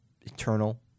eternal